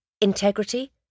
integrity